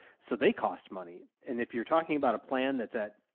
so they cost money. and if you're talking about a plan that's at.